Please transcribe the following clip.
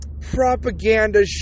propaganda